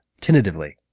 tentatively